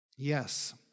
Yes